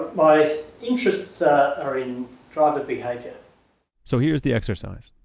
my interests ah are in driver behavior so here's the exercise.